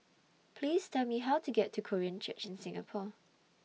Please Tell Me How to get to Korean Church in Singapore